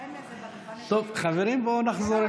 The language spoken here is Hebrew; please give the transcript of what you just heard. טוב, חברים, בואו נחזור.